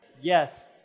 Yes